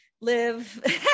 live